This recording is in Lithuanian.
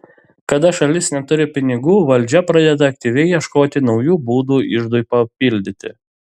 kada šalis neturi pinigų valdžia pradeda aktyviai ieškoti naujų būdų iždui papildyti